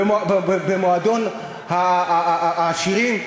במועדון העשירים,